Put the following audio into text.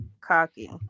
Cocky